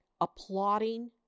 applauding